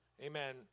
Amen